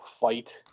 fight